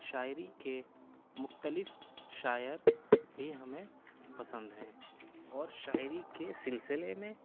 شاعری کے مختلف شاعر بھی ہمیں پسند ہیں اور شاعری کے سلسلے میں